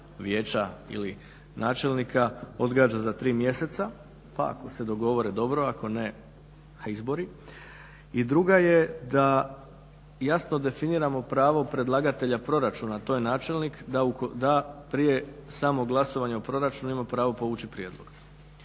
vijeća ili načelnika odgađa za 3 mjeseca, pa ako se dogovore dobro, ako ne izbori. I druga je da jasno definiramo pravo predlagatelja proračuna. To je načelnik da prije samog glasovanja o proračunu ima pravo povući prijedlog.